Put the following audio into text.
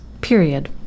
period